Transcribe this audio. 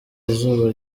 izuba